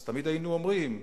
אז תמיד היינו אומרים: